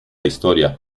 historia